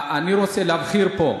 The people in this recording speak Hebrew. אני רוצה להבהיר פה: